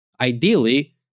ideally